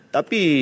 Tapi